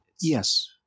Yes